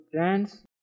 dance